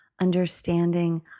understanding